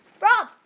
Rob